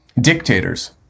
dictators